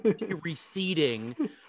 receding